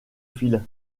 fil